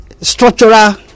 structural